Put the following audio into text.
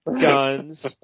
guns